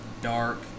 dark